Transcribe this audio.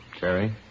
Jerry